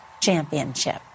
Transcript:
championship